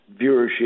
viewership